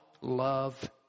love